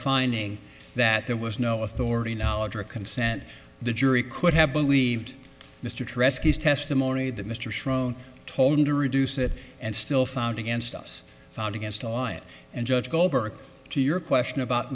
finding that there was no authority knowledge or consent the jury could have believed mr trescott testimony that mr schroen told him to reduce it and still found against us found against online and judge goldberg to your question about